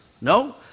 No